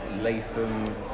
Latham